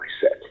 set